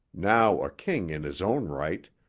now a king in his own right,